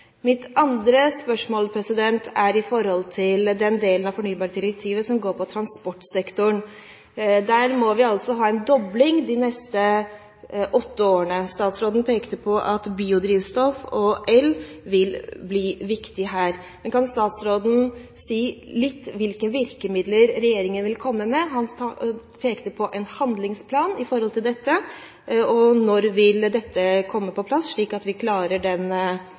Mitt andre spørsmål er om den delen av fornybardirektivet som gjelder transportsektoren. Der må vi ha en dobling i løpet av de neste åtte årene. Statsråden pekte på at biodrivstoff og el vil bli viktig her. Kan statsråden si litt om hvilke virkemidler regjeringen vil komme med? Han pekte på en handlingsplan om dette – når vil den komme på plass, slik at man klarer den